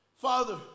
Father